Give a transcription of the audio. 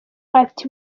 ati